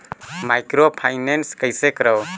Microfinance कइसे करव?